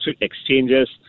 exchanges